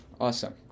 awesome